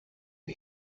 you